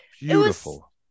beautiful